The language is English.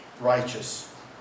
righteous